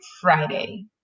Friday